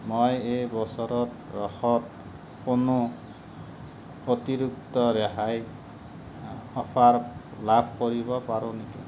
মই এই বছৰত ৰসত কোনো অতিৰিক্ত ৰেহাইৰ অফাৰ লাভ কৰিব পাৰোঁ নেকি